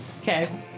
Okay